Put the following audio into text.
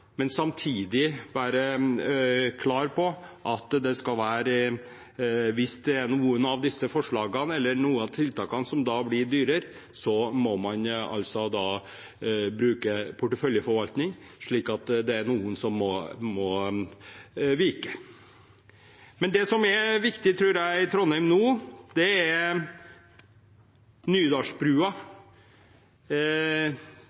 men man må samtidig være klar på at hvis noen av disse forslagene eller tiltakene blir dyrere, må man bruke porteføljeforvaltning, slik at noe må vike. Det som jeg tror er viktig i Trondheim nå, er Nydalsbrua. Jeg vet ikke om alle kjenner til det navnet, det er